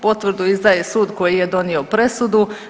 Potvrdu izdaje sud koji je donio presudu.